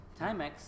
Timex